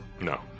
No